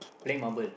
play marble